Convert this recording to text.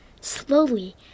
Slowly